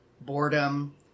boredom